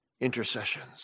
intercessions